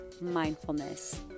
mindfulness